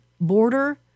Border